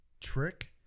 Trick